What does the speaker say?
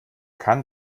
kann